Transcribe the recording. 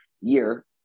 year